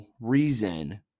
reason